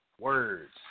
Words